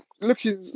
looking